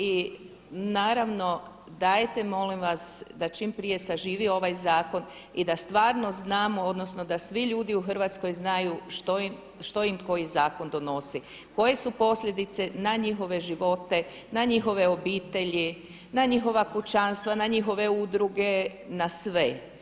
I naravno, dajte molim vas, da čim prije saživi ovaj zakon i da stvarno znamo, odnosno da svi ljudi u Hrvatskoj znaju što im koji zakon donosi, koje su posljedice na njihove živote, na njihove obitelji, na njihova kućanstva, na njihove udruge, na sve.